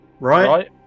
Right